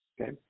okay